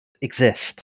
exist